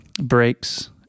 breaks